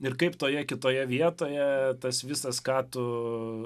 ir kaip toje kitoje vietoje tas visas ką tu